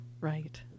Right